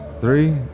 Three